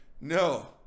No